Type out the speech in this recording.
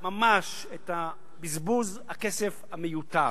ממש, את בזבוז הכסף המיותר.